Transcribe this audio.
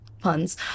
puns